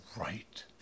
right